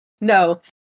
No